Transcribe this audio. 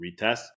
retest